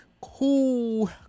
Cool